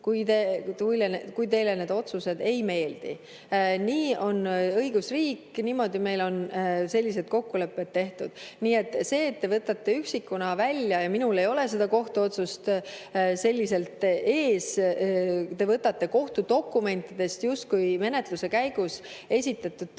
kui teile need otsused ei meeldi. Nii on õigusriik. Niimoodi meil on sellised kokkulepped tehtud. Nii et see, et te võtate üksikuna välja, ja minul ei ole seda kohtuotsust selliselt ees, te võtate kohtudokumentidest justkui menetluse käigus esitatud tõendeid